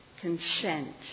consent